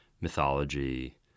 mythology